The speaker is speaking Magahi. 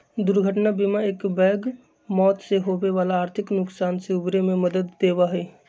दुर्घटना बीमा एकबैग मौत से होवे वाला आर्थिक नुकसान से उबरे में मदद देवा हई